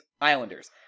Islanders